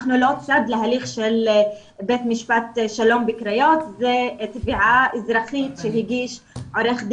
אנחנו לא צד להליך של בית משפט שלום בקריות ולתביעה אזרחית שהגיש עו"ד